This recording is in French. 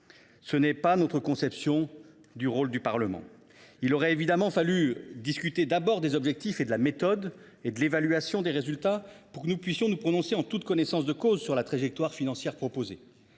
n’est pas notre conception du rôle du Parlement. Il aurait évidemment fallu discuter d’abord des objectifs, de la méthode et de l’évaluation des résultats pour que nous puissions nous prononcer en toute connaissance de cause sur la trajectoire financière proposée.